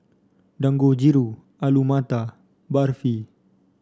Dangojiru Alu Matar Barfi